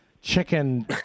chicken